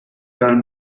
einem